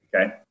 Okay